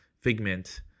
figment